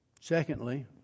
Secondly